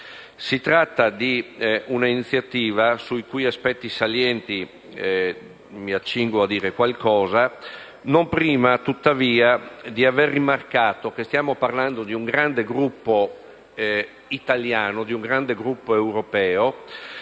Si tratta di un'iniziativa sui cui aspetti salienti mi accingo a dire qualcosa, non prima, tuttavia, di aver rimarcato che stiamo parlando di un grande gruppo europeo che, nel corso